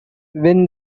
when